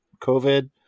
COVID